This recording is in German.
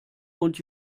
und